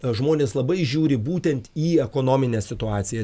žmonės labai žiūri būtent į ekonominę situaciją